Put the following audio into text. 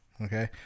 okay